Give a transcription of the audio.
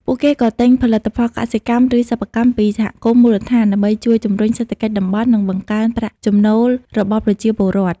ពួកគេក៏ទិញផលិតផលកសិកម្ម ឬសិប្បកម្មពីសហគមន៍មូលដ្ឋាន ដើម្បីជួយជំរុញសេដ្ឋកិច្ចតំបន់ និងបង្កើនប្រាក់ចំណូលរបស់ប្រជាពលរដ្ឋ។